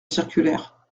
circulaire